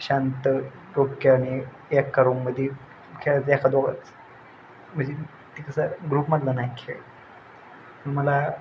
शांत डोक्याने एका रूममध्ये खेळायचं एखाद दोघंच म्हणजे तो तसा ग्रुपमधला नाही खेळ मला